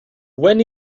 when